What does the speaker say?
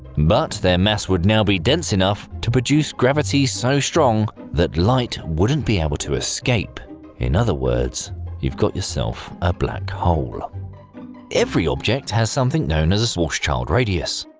but their mass would now be dense enough to produce gravity so strong that light wouldn't be able to escape in other words you've got yourself. a black hole every object has something known as a schwarzschild radius.